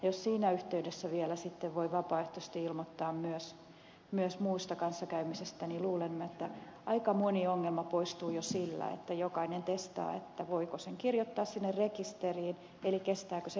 jos siinä yhteydessä vielä sitten voi vapaaehtoisesti ilmoittaa myös muusta kanssakäymisestä niin luulen että aika moni ongelma poistuu jo sillä että jokainen testaa voiko toimen kirjoittaa sinne rekisteriin eli kestääkö se päivänvalon